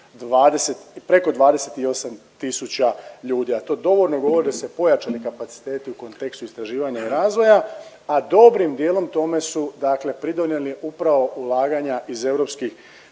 preko 28 tisuća ljudi, a to dovoljno govori da su se pojačali kapaciteti u kontekstu istraživanja i razvoja, a dobrim dijelom tome su dakle pridonijeli upravo ulaganja iz europskih